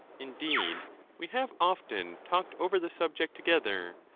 indeed we have often talked over the subject together,